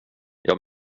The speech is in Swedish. jag